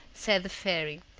said the fairy,